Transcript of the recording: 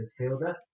midfielder